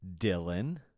Dylan